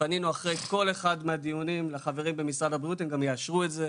פנינו אחרי כל אחד מהדיונים לחברים במשרד הבריאות והם גם יאשרו את זה,